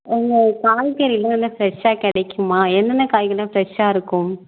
உங்கள் காய்கறியெலாம் நல்ல ஃப்ரெஷாக கிடைக்குமா என்னென்ன காய்கறியெலாம் ஃப்ரெஷாக இருக்கும்